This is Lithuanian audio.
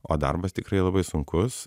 o darbas tikrai labai sunkus